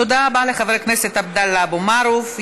תודה רבה לחבר הכנסת עבדאללה אבו מערוף.